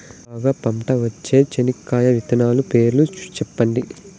బాగా పంట వచ్చే చెనక్కాయ విత్తనాలు పేర్లు సెప్పండి?